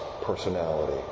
personality